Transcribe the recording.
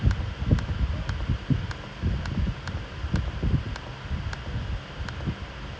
I think there's a lot of transcribing jobs nowadays so like not even this thing like everything lah because they legit like like ya